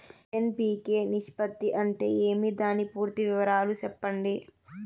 NPK నిష్పత్తి అంటే ఏమి దాని పూర్తి వివరాలు సెప్పండి?